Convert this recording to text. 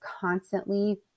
constantly